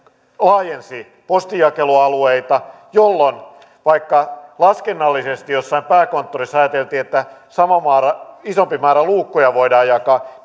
ja laajensi postinjakelualueita ja vaikka laskennallisesti jossain pääkonttorissa ajateltiin että isompi määrä luukkuja voidaan jakaa